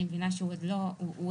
אני מבינה שהוא עוד לא לפתחנו,